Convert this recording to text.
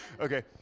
okay